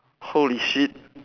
holy shit